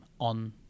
on